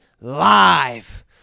Live